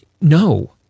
no